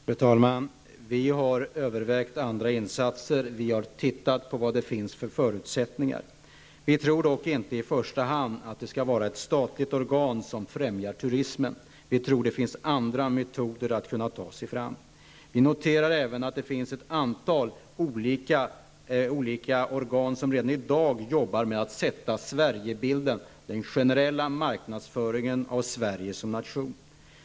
Fru talman! Vi har övervägt andra insatser och vi har tittat på vad det finns för förutsättningar. Men vi tror inte att det i första hand bör vara ett statligt organ som skall främja turismen. Enligt vår åsikt finns det andra metoder att ta sig fram. Vi noterar också att det finns ett antal olika organ som redan i dag arbetar med Sverigebilden, den generella marknadsföringen av Sverige som nation.